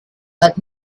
but